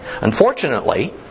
Unfortunately